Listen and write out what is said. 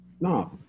No